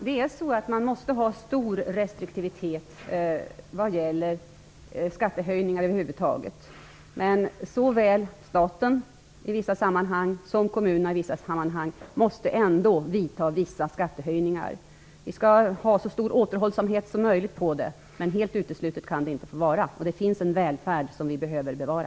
Fru talman! Man måste ha stor restriktivitet vad gäller skattehöjningar över huvud taget, men såväl staten som kommunerna måste i vissa sammanhang ändå göra vissa skattehöjningar. Det skall vara så stor återhållsamhet som möjligt, men skattehöjningar är inte helt uteslutna. Det finns en välfärd som vi behöver bevara.